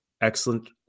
excellent